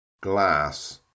Glass